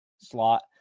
slot